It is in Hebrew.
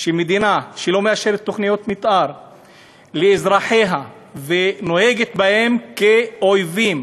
שמדינה שלא מאשרת תוכניות מתאר לאזרחיה ונוהגת בהם כאויבים,